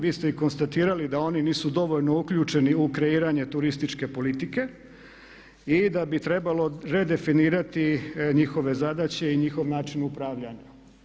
Vi ste i konstatirali da oni nisu dovoljno uključeni u kreiranje turističke politike i da bi trebalo redefinirati njihove zadaće i njihov način upravljanja.